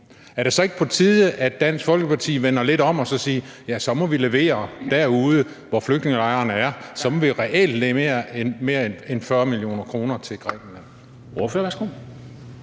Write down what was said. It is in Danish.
er det så ikke på tide, at Dansk Folkeparti vender lidt om og siger: Så må vi levere derude, hvor flygtningelejrene er; så må vi reelt levere mere end 40 mio. kr. til Grækenland?